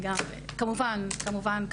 כמובן.